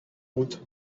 route